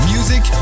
Music